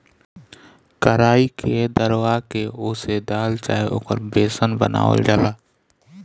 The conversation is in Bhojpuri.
कराई के दरवा के ओसे दाल चाहे ओकर बेसन बनावल जाला